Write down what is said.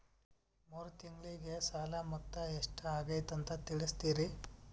ಮೂರು ತಿಂಗಳಗೆ ಸಾಲ ಮೊತ್ತ ಎಷ್ಟು ಆಗೈತಿ ಅಂತ ತಿಳಸತಿರಿ?